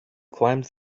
climbed